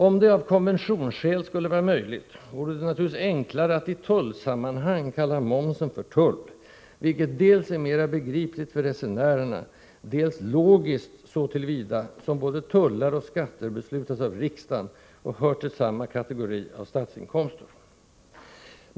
Om det av konventionsskäl skulle vara möjligt, vore det naturligtvis enklare att i tullsammanhang kalla momsen för tull, vilket dels är mera begripligt för resenärerna, dels logiskt så till vida som både tullar och skatter beslutas av riksdagen och hör till samma kategori av statsinkomster.